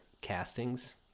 castings